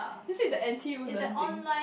is it the N_T_U-learn thing